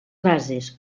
bases